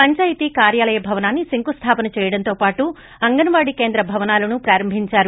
పంచాయితీ కార్యాలయ భవనాన్ని శంకుస్లాపన చేయడంతోపాటు అంగన్వాడీ కేంద్రభవనాలను ప్రారంభించారు